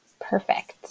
Perfect